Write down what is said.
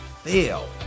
fail